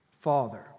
Father